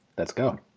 let's go!